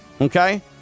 okay